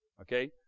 Okay